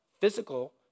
physical